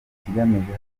ikigamijwe